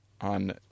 on